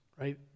Right